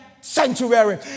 sanctuary